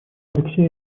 алексей